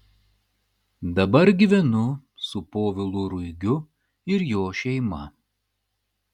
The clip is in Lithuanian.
dabar gyvenu su povilu ruigiu ir jo šeima